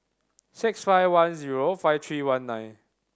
six five one zero five three one nine